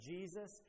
Jesus